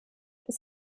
das